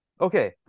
Okay